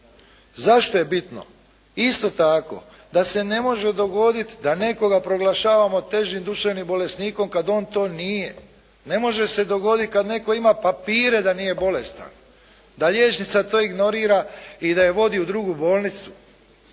Zašto je bitno isto tako da se ne može dogoditi da nekoga proglašavamo težim duševnim bolesnikom kad on to nije. Ne može se dogoditi kad netko ima papire da nije bolestan. Da liječnica to ignorira i da je vodi u drugu bolnicu.